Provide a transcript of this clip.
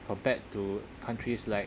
compared to countries like